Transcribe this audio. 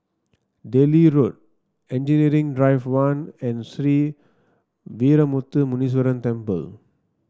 Delhi Road Engineering Drive One and Sree Veeramuthu Muneeswaran Temple